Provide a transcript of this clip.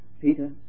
Peter